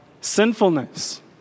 sinfulness